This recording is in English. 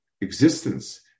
existence